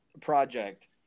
project